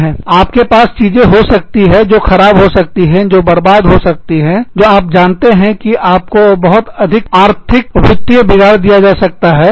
आपके पास चीजें हो सकती है जो खराब हो सकती है जो बर्बाद हो सकती हैजो आप जानते हैं कि आपको बहुत बड़ा आर्थिक वित्तीय बिगाड़ दिया जा सकता है